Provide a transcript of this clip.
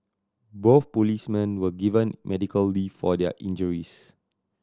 both policemen were given medical leave for their injuries